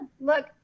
look